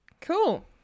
Cool